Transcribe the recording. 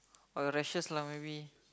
or rashes lah maybe